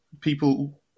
people